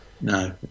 No